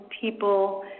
people